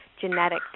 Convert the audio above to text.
genetic